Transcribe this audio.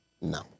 No